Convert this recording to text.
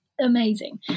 amazing